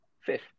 fifth